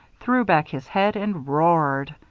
threw back his head, and roared.